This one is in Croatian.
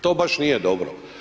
To baš nije dobro.